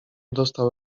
dostał